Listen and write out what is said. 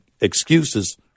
excuses